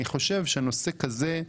אני חושב שנושא כזה,